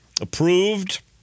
approved